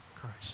Christ